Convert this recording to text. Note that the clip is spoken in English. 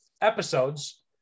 episodes